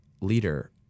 leader